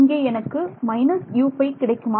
இங்கே எனக்கு U5 கிடைக்குமா